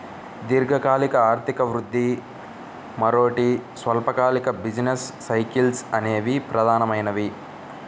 దీర్ఘకాలిక ఆర్థిక వృద్ధి, మరోటి స్వల్పకాలిక బిజినెస్ సైకిల్స్ అనేవి ప్రధానమైనవి